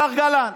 השר גלנט,